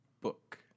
book